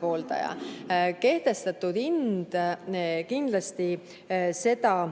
pooldaja. Kehtestatud hind kindlasti seda